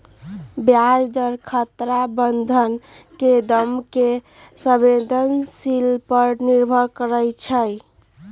ब्याज दर खतरा बन्धन के दाम के संवेदनशील पर निर्भर करइ छै